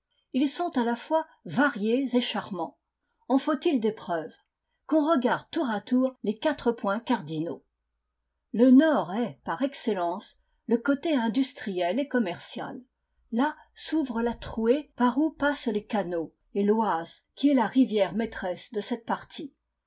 ils sont à la fois variés et charmants en faut-il des preuves qu'on regarde tour à tour les quatre points cardinaux le nord est par excellence le côté industriel et commercial là s'ouvre la trouée par où passent les canaux et l'oise qui est la rivière maîtresse de cette partie